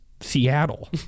Seattle